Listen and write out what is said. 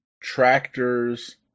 tractors